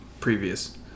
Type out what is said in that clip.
previous